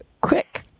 quick